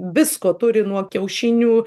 visko turi nuo kiaušinių